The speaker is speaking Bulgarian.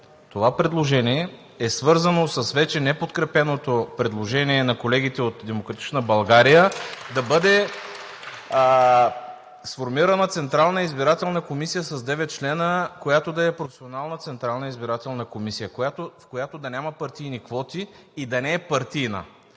Това предложение е свързано с вече неподкрепеното предложение на колегите от „Демократична България“ (ръкопляскания от ИТН) да бъде сформирана Централна избирателна комисия с девет членове, която да е професионална Централна избирателна комисия, в която да няма партийни квоти и да не е партийна.